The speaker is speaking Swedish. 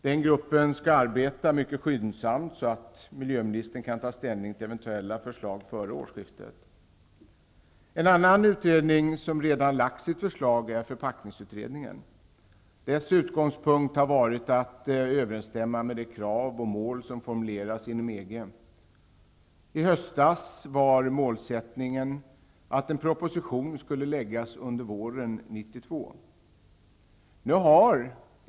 Den gruppen skall arbeta mycket skyndsamt, så att miljöministern kan ta ställning till eventuella förslag före årsskiftet. En annan utredning som redan lagt sitt förslag är förpackningsutredningen. Dess utgångspunkt har varit att föreslå regler som överensstämmer med de krav och mål som formuleras inom EG. I höstas var målsättningen att en proposition skulle föreläggas riksdagen under våren 1992.